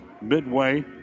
midway